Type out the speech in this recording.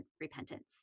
repentance